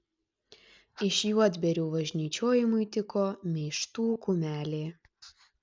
iš juodbėrių važnyčiojimui tiko meištų kumelė